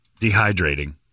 dehydrating